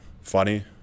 funny